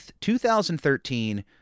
2013